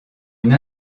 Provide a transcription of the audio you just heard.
une